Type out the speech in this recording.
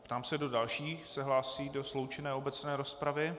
Ptám se, kdo další se hlásí do sloučené obecné rozpravy.